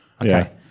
Okay